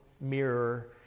mirror